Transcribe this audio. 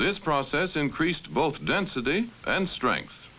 this process increased both density and str